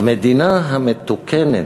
המדינה המתוקנת,